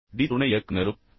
D துணை இயக்குநரும் ஐ